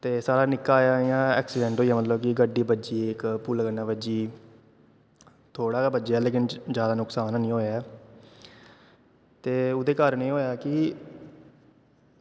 ते साढ़ा निक्का जेहा इयां ऐक्सिडैंट होई गेआ मतलब कि गड्डी बज्जी इक पुलै कन्नै बज्जी गेई थोह्ड़ा गै बज्जेआ लेकिन जादा नुकसान हैनी होएआ ते ओह्दे कारन एह् होएआ कि